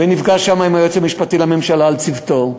ונפגש שם עם היועץ המשפטי לממשלה על צוותו,